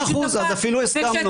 100 אחוז, אז אפילו הסכמנו.